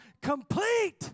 complete